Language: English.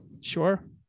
sure